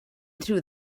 through